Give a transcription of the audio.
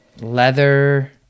Leather